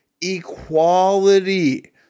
equality